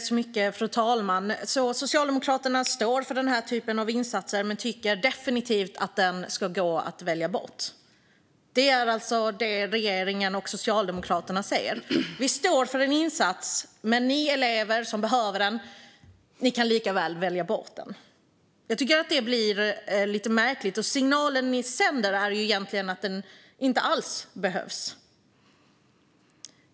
Fru talman! Socialdemokraterna står för denna typ av insats men tycker definitivt att den ska gå att välja bort. Det är alltså det som regeringen och Socialdemokraterna säger: Vi står för en insats, men ni elever som behöver den kan lika väl välja bort den. Jag tycker att det blir lite märkligt. Signalen ni sänder är egentligen att den inte alls behövs.